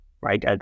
right